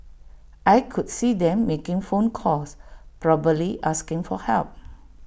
I could see them making phone calls probably asking for help